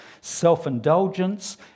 self-indulgence